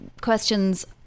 questions